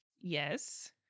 yes